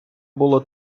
було